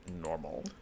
normal